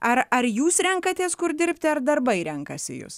ar ar jūs renkatės kur dirbti ar darbai renkasi jus